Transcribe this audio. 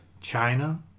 China